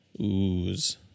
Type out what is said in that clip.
ooze